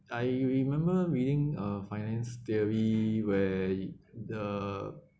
I remember reading uh finance theory where the